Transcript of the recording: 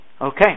Okay